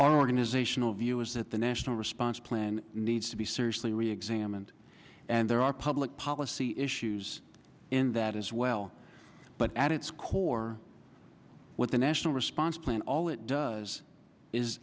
organizational view is that the national response plan needs to be seriously re examined and there are public policy issues in that as well but at its core what the national response plan all it does is